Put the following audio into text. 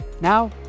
Now